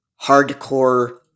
hardcore